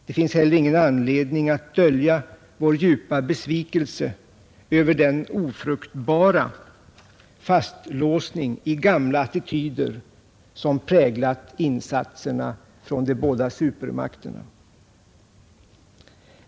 Det finns heller ingen anledning att dölja vår djupa besvikelse över den ofruktbara fastlåsningen i gamla attityder som präglat insatserna från de båda supermakterna.